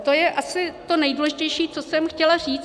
To je asi to nejdůležitější, co jsem chtěla říct.